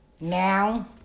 Now